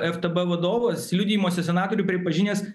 ftb vadovas liudijimuose senatoriui pripažinęs